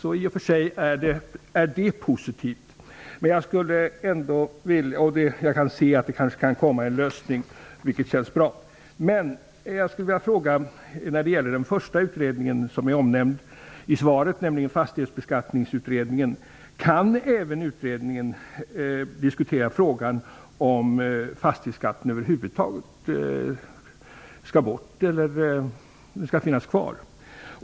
Det är i och för sig positivt. Det kan kanske komma en lösning, vilket känns bra. Jag skulle ändå vilja fråga när det gäller den utredning som först omnämns i svaret, nämligen Fastighetsbeskattningsutredningen: Kan utredningen även diskutera frågan om huruvida fastighetsbeskattningen över huvud taget skall bort eller om den skall finnas kvar?